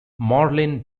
marlene